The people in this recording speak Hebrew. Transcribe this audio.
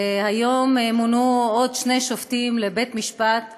והיום מונו עוד שני שופטים לבית משפט העליון: